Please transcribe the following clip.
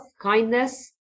kindness